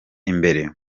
imbere